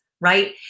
right